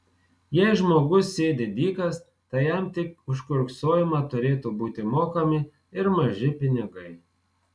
jei žmogus sėdi dykas tai jam tik už kiurksojimą turėtų būti mokami ir maži pinigai